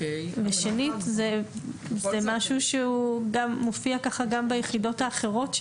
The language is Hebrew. שנית, זה משהו שהוא מופיע ככה גם ביחידות האחרות.